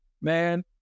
man